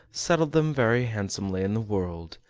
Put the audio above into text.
settled them very handsomely in the world,